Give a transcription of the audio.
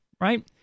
Right